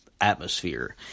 atmosphere